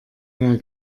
mehr